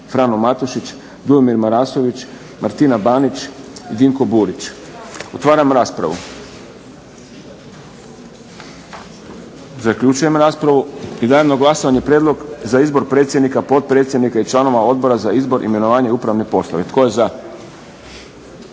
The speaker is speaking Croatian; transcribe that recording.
Frano Matušić, Dujomir Marasović, Naftina Banić, Dinko Burić. Otvaram raspravu. Zaključujem raspravu. Dajem na glasovanje prijedlog za izbor predsjednika, potpredsjednika i članova Odbora za izbor, imenovanje i upravne poslove.